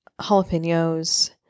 jalapenos